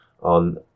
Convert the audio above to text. on